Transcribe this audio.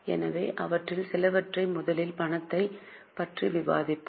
எனவே அவற்றில் சிலவற்றை முதலில் பணத்தைப் பற்றி விவாதிப்போம்